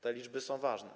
Te liczby są ważne.